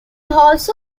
also